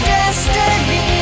Destiny